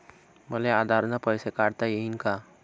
मले आधार न पैसे काढता येईन का?